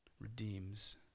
redeems